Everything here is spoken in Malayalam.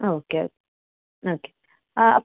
ആ ഓക്കെ ഓക്കെ ആ